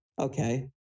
okay